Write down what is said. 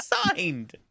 signed